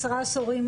עשרה עשורים,